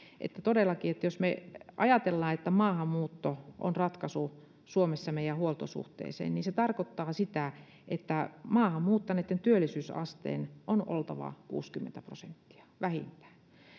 että todellakin jos me ajattelemme että maahanmuutto on ratkaisu suomessa meidän huoltosuhteeseen niin se tarkoittaa sitä että maahan muuttaneitten työllisyysasteen on oltava kuusikymmentä prosenttia vähintään